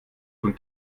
von